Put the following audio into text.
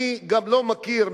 אני גם לא מכיר,